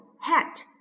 hat